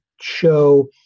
show